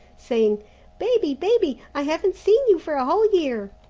saying baby, baby! i haven't seen you for a whole year.